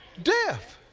death.